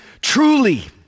Truly